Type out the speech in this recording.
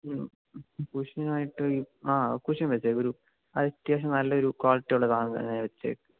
കുഷ്യനായിട്ട് ആ കുഷ്യൻ വെച്ചേക്കൂ ഒരു അത്യാവശ്യം നല്ലൊരു ക്വാളിറ്റിയുള്ള സാധനം തന്നെ വെച്ചേക്കൂ